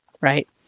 right